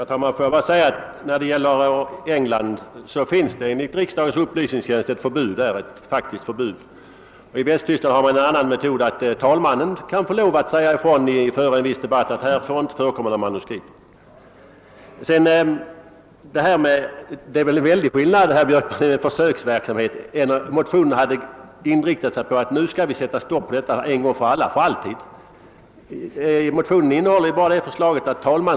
Herr talman! Får jag bara nämna att vad beträffar England finns enligt riksdagens upplysningstjänst ett faktiskt förbud mot manuskript. I Västtyskland har man en annan metod, nämligen att talmannen före en viss debatt kan säga ifrån att under debatten inte får förekomma några manuskript. Det är väl en mycket stor skillnad mellan försöksverksamhet och ett förslag att vi skulle sätta stopp för manuskript en gång för alla.